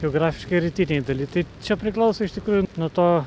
geografiškai rytinėj daly tai čia priklauso iš tikrųjų nuo to